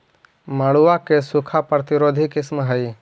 मड़ुआ के सूखा प्रतिरोधी किस्म हई?